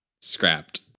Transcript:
scrapped